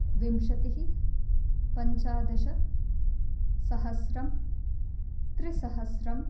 विंशतिः पञ्चादश सहस्रं त्रिसहस्रं